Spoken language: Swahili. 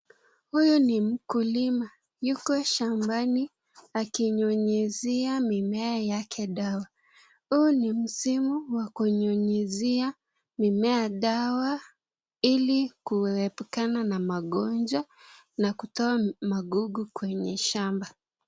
Huyu ni mkulima yuko shambani akinyonyosia mimea yake dawa hii ni msimu ya kunyonyosia mimea dawa kuelukana na magonjwa nakuto magugu kwenye shamba.